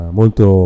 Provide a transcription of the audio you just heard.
molto